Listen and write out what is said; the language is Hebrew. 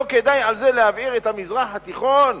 לא כדאי על זה להבעיר את המזרח התיכון.